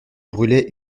brûlait